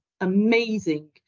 amazing